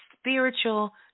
spiritual